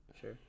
Sure